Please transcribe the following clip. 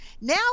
now